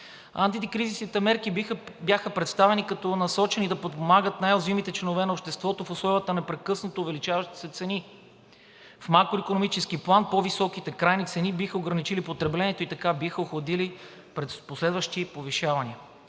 Антикризисните мерки бяха представени като насочени да подпомагат най-уязвимите членове на обществото в условията на непрекъснато увеличаващи се цени. В макроикономически план по-високите крайни цени биха ограничили потреблението и така биха охладили последващи повишавания.